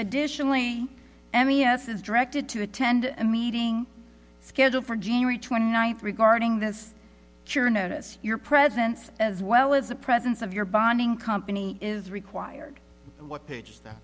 additionally m e s is directed to attend a meeting scheduled for january twenty ninth regarding this cure notice your presence as well as the presence of your bonding company is required